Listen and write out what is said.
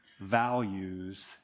values